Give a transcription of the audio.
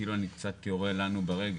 קצת יורה לנו ברגל.